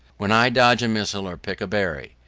when i dodge a missile or pick a berry,